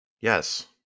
Yes